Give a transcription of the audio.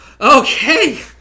okay